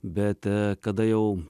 bet kada jau